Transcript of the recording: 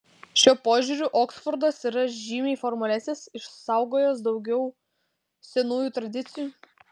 šiuo požiūriu oksfordas yra žymiai formalesnis išsaugojęs daugiau senųjų tradicijų